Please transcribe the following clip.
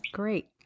great